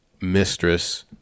mistress